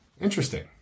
Interesting